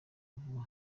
vuba